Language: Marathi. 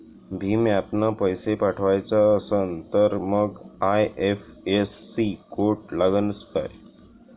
भीम ॲपनं पैसे पाठवायचा असन तर मंग आय.एफ.एस.सी कोड लागनच काय?